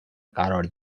قرار